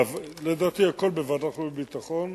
לדעתי, הכול בוועדת חוץ וביטחון,